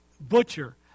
butcher